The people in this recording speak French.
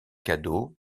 cadeau